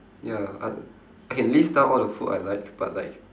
ya I I can list down all the food I like but like